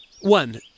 One